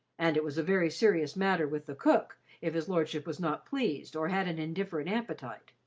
and it was a very serious matter with the cook, if his lordship was not pleased or had an indifferent appetite.